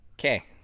Okay